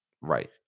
Right